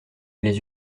les